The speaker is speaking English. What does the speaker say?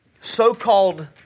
so-called